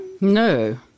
No